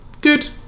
Good